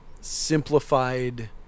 simplified